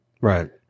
Right